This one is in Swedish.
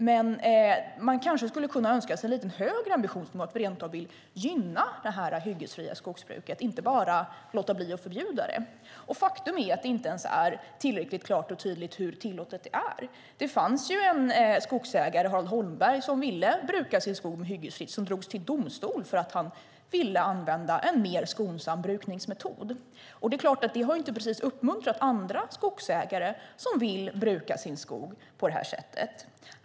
Men man kanske skulle kunna önska sig en lite högre ambitionsnivå för att rent av gynna det hyggesfria skogsbruket, inte bara låta bli att förbjuda det. Faktum är att det inte är tillräckligt klart och tydligt hur tillåtet det är. Det fanns en skogsägare, Harald Holmberg, som ville bruka sin skog hyggesfritt och som drogs till domstol för att han ville använda en mer skonsam brukningsmetod. Det är klart att det inte precis har uppmuntrat andra skogsägare som vill bruka sin skog på det här sättet.